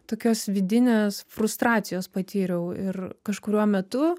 tokios vidinės frustracijos patyriau ir kažkuriuo metu